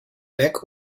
bec